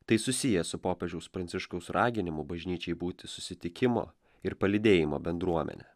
tai susiję su popiežiaus pranciškaus raginimu bažnyčiai būti susitikimo ir palydėjimo bendruomene